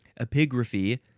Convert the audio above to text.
Epigraphy